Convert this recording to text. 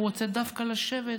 הוא רוצה דווקא לשבת,